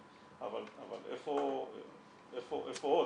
אבל איפה עוד.